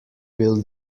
will